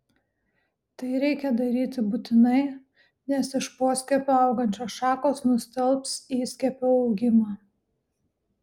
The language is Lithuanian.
tai reikia daryti būtinai nes iš poskiepio augančios šakos nustelbs įskiepio augimą